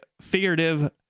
figurative